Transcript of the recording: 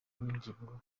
n’ingingo